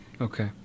Okay